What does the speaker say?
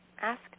Ask